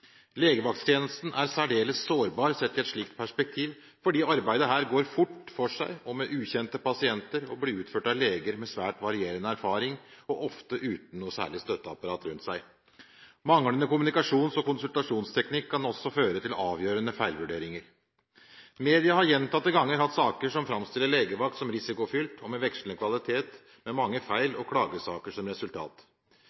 Legevakttjenesten er særdeles sårbar, sett i et slikt perspektiv, fordi arbeidet her går fort for seg, med ukjente pasienter og blir utført av leger med svært varierende erfaring og ofte uten noe særlig støtteapparat rundt. Manglende kommunikasjons- og konsultasjonsteknikk kan også føre til avgjørende feilvurderinger. Media har gjentatte ganger hatt saker som framstiller legevakt som risikofylt og med vekslende kvalitet, med mange feil